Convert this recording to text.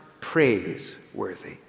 praiseworthy